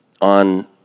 on